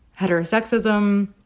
heterosexism